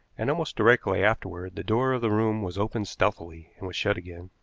and almost directly afterward the door of the room was opened stealthily and was shut again.